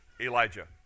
Elijah